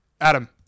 Adam